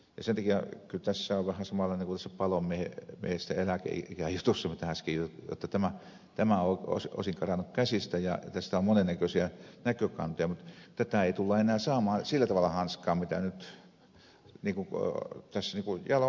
kyllä tässä on vähän samanlainen kuin tässä palomiesten eläkeikäjutussa mistä äsken juteltiin jotta tämä on osin karannut käsistä ja tästä on monen näköisiä näkökantoja mutta tätä ei tulla enää saamaan sillä tavalla hanskaan mitä nyt jalo ajatus voisi olla